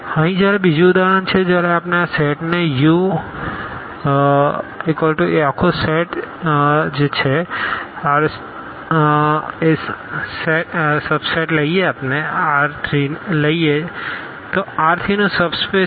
અહીં જ્યારે બીજું ઉદાહરણ છે જ્યારે આપણે આ સેટને UabcabcR3 લઈએ છીએ તે R3 નું સબ સ્પેસ છે